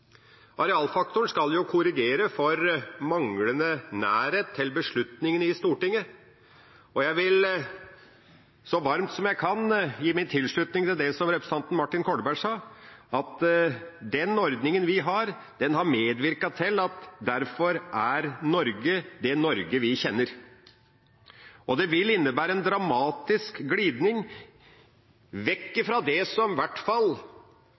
Arealfaktoren skal korrigere for manglende nærhet til beslutningene i Stortinget, og jeg vil så varmt som jeg kan, gi min tilslutning til det som representanten Martin Kolberg sa, at den ordningen vi har, har medvirket til at Norge er det Norge vi kjenner. Det vil innebære en dramatisk glidning vekk fra det som i hvert fall